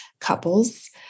couples